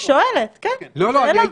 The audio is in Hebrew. אני שואלת, כן, שאלה.